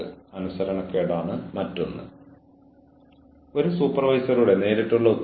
എന്നിട്ട് ഒരു മുന്നറിയിപ്പ് നൽകുക